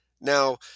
Now